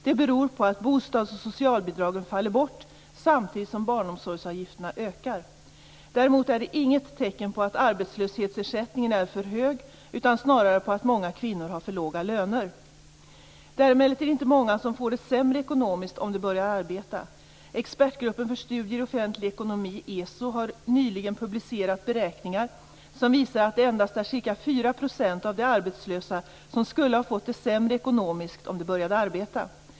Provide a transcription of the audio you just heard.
Det beror på att bostads och socialbidragen faller bort samtidigt som barnomsorgsavgifterna ökar. Däremot är det inget tecken på att arbetslöshetsersättningen är för hög, utan snarare på att många kvinnor har för låga löner. Det är emellertid inte många som får det sämre ekonomiskt om de börjar arbeta. Expertgruppen för studier i offentlig ekonomi, ESO, har nyligen publicerat beräkningar som visar att det endast är ca 4 % av de arbetslösa som skulle ha fått det sämre ekonomiskt om de började arbeta.